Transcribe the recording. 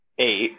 eight